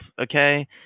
okay